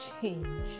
change